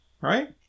right